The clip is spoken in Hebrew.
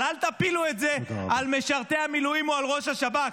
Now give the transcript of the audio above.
אבל אל תפילו את זה על משרתי המילואים או על ראש השב"כ.